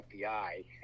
FBI